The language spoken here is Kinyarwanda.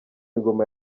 ingoma